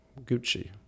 Gucci